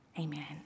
Amen